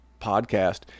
Podcast